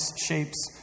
shapes